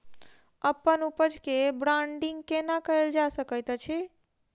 अप्पन उपज केँ ब्रांडिंग केना कैल जा सकैत अछि?